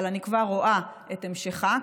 אבל אני כבר רואה את המשכה,